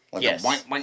Yes